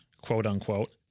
quote-unquote